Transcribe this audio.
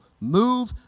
move